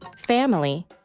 family,